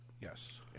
Yes